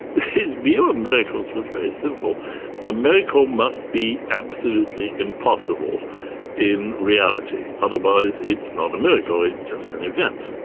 his view of and miracles was very simple a miracle must be absolutely impossible in reality, otherwise it's not a miracle, it's just an event.